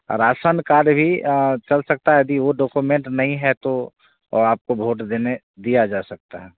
रासन card भी चल सकता हे यदि वो डोकुमेंट नहीं है तो वो आपको भोट देने दिया जा सकता हे